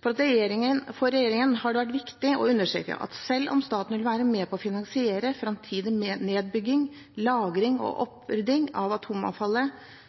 For regjeringen har det vært viktig å understreke at selv om staten vil være med på å finansiere framtidig nedbygging, lagring og opprydding av atomavfallet,